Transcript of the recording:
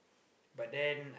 but then